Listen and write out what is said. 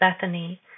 Bethany